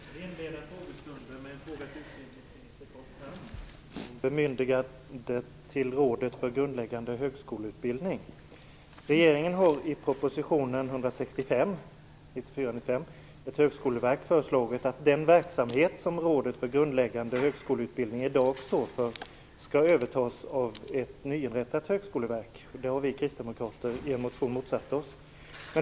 Fru talman! Jag vill inleda frågestunden med en fråga till utbildningsminister Carl Tham om bemyndigandet till Rådet för grundläggande högskoleutbildning. Regeringen har i propositionen 1994/95:165, Ett högskoleverk, föreslagit att den verksamhet som Rådet för grundläggande högskoloeutbildning i dag står för skall övertas av ett nyinrättat högskoleverk. Det har vi kristdemokrater i en motion motsatt oss.